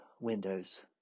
windows